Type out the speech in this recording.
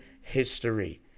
history